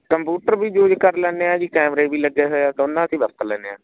computer ਵੀ use ਕਰ ਲੈਂਦੇ ਹਾਂ ਜੀ ਕੈਮਰੇ ਵੀ ਲੱਗਿਆ ਹੋਇਆ ਦੋਨਾਂ 'ਚ ਹੀ ਵਰਤ ਲੈਂਦੇ ਹਾਂ